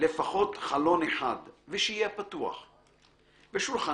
לפחות חלון אחד / ושיהיה פתוח / ושולחן